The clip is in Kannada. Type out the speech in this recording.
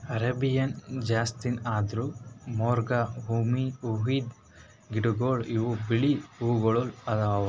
ಅರೇಬಿಯನ್ ಜಾಸ್ಮಿನ್ ಅಂದುರ್ ಮೊಗ್ರಾ ಹೂವಿಂದ್ ಗಿಡಗೊಳ್ ಇವು ಬಿಳಿ ಹೂವುಗೊಳ್ ಅವಾ